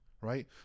right